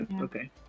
Okay